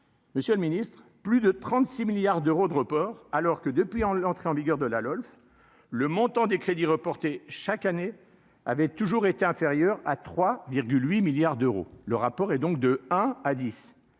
monsieur le Ministre, plus de 36 milliards d'euros de report, alors que depuis l'entrée en vigueur de la LOLF le montant des crédits reportés chaque année avait toujours été inférieur à 3 8 milliards d'euros, le rapport est donc de un à 10,